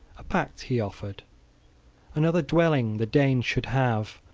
a pact he offered another dwelling the danes should have,